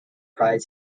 pride